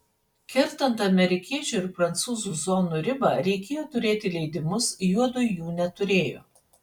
kertant amerikiečių ir prancūzų zonų ribą reikėjo turėti leidimus juodu jų neturėjo